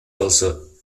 also